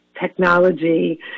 technology